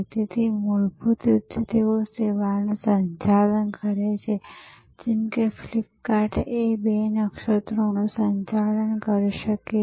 તેથી મૂળભૂત રીતે તેઓ સેવાનું સંચાલન કરી શકે છે જેમ કે ફ્લિપકાર્ટ બે નક્ષત્રોનું સંચાલન કરી શકે છે